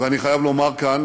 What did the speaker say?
ואני חייב לומר כאן